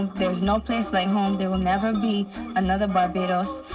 there's no place like home. there will never be another barbados.